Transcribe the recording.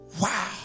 Wow